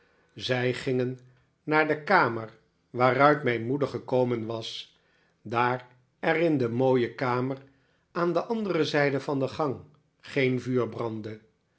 zij gingen naar de kamer waaruit mijn moeder gekomen was daar er in de mooie kamer aan de andere zijde van de gang geen vuur brandde